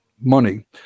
money